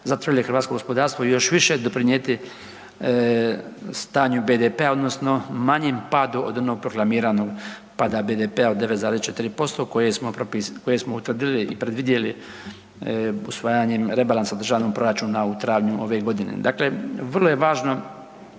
zatvorili hrvatsko gospodarstvo još više doprinijeti stanju BDP-a odnosno manjem padu od onog proklamiranog pada BDP-a od 9,4% koje smo propisali, koje smo utvrdili i predvidjeli usvajanjem rebalansa državnog proračuna u travnju ove godine. Dakle, vrlo je važno